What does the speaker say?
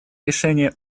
решение